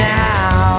now